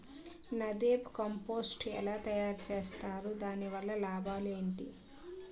NADEP compost ఎలా తయారు చేస్తారు? దాని వల్ల లాభాలు ఏంటి?